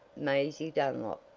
maisie dunlop.